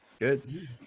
good